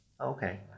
Okay